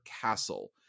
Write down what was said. castle